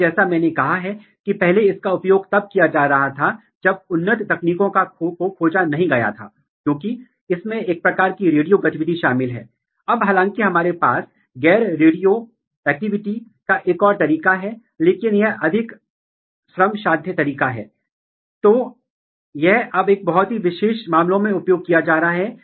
इसलिए जैसा कि मैंने कहा कि फूलों की शुरुआत वानस्पतिक अवस्था से प्रजनन चरण तक होती है और फिर एक बार यह संक्रमण हो जाने के बाद पुष्प मेरिस्टेम विभिन्न विकासात्मक अवस्था से गुजरता है और विभिन्न विकासात्मक अवस्था या प्रतिलेखन कारकों को लक्षित करता है